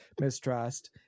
mistrust